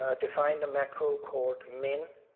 ah defined a macro called min.